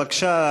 בבקשה,